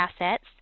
assets